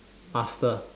master